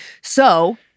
So-